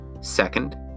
Second